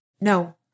No